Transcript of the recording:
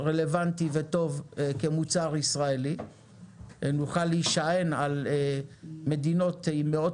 רלוונטי וטוב למוצר ישראלי ונוכל להישען על מדינות עם מאות